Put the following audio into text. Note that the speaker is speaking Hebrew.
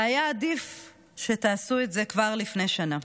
והיה עדיף שתעשו את זה כבר לפני שנה,